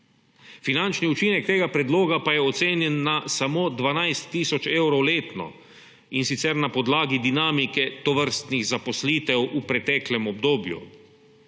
Finančni učinek tega predloga pa je ocenjen na samo 12 tisoč evrov letno, in sicer na podlagi dinamike tovrstnih zaposlitev v preteklem obdobju.